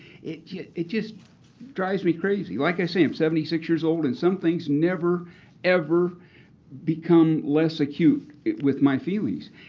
it yeah it just drives me crazy. like i say, i'm seventy six years old and some things never ever become less acute with my feelings.